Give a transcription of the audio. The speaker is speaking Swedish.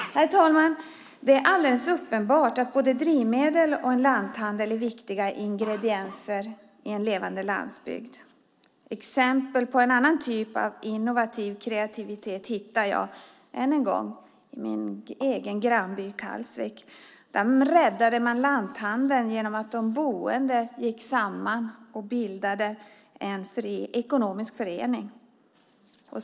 Herr talman! Det är alldeles uppenbart att både drivmedel och lanthandel är viktiga ingredienser i en levande landsbygd. Exempel på en annan typ av innovativ kreativitet hittar jag i grannbyn Kalvsvik. Där räddades lanthandeln genom att de boende gick samman och bildade en ekonomisk förening.